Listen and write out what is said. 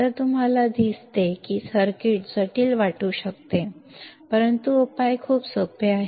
तर तुम्हाला दिसते की सर्किट जटिल वाटू शकते परंतु उपाय खूप सोपे आहे